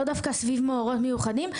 לא דווקא סביב מורים מיוחדים,